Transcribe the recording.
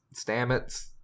Stamets